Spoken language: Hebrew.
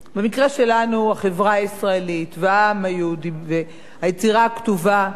החברה הישראלית והעם היהודי והיצירה הכתובה בשפה העברית,